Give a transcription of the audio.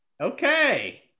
Okay